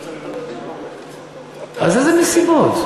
אז איזה מסיבות?